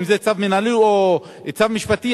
אם בצו מינהלי או בצו משפטי,